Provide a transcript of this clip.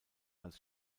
als